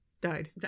Died